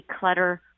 declutter